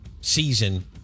season